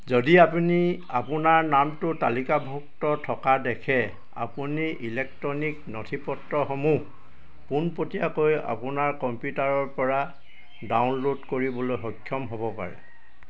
যদি আপুনি আপোনাৰ নামটো তালিকাভুক্ত থকা দেখে আপুনি ইলেক্ট্ৰনিক নথিপত্ৰসমূহ পোনপটীয়াকৈ আপোনাৰ কম্পিউটাৰৰ পৰা ডাউনল'ড কৰিবলৈ সক্ষম হ'ব পাৰে